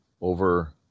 over